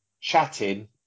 chatting